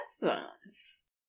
heavens